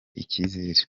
icyizere